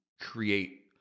create